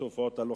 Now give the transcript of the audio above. הטובות הלוחמות.